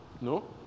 no